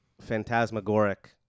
phantasmagoric